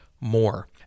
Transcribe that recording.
more